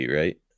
right